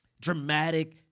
dramatic